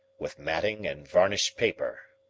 with matting and varnished paper.